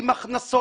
עם הכנסות.